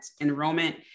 enrollment